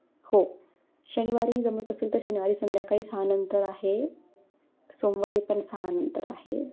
हो शनिवारी जमत असेल तर शनिवारी संध्याकाळी सहानंतर आहे सोमवारी पण सहानंतर आहे